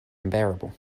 unbearable